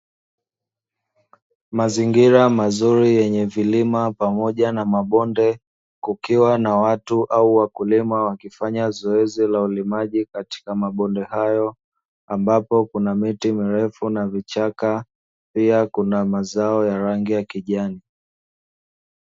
Mazingira mazuri yenye vilima pamoja na mabonde kukiwa na watu au wakulima wakifanya zoezi la ulimaji katika mabonde hayo ambapo kuna miti mirefu na vichaka, pia kuna mazao ya rangi ya kijani.